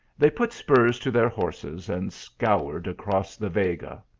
they put spurs to their horses and scoured across the vega.